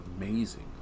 amazing